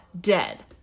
dead